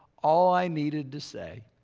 all i needed to say